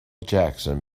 jackson